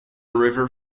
river